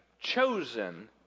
chosen